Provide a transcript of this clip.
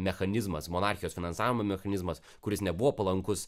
mechanizmas monarchijos finansavimo mechanizmas kuris nebuvo palankus